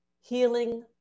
healing